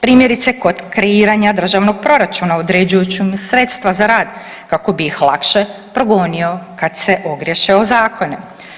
Primjerice kod kreiranja državnog proračuna određujući im sredstva za rad kako bi ih lakše progonio kada se ogriješe o zakone.